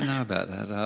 and about that,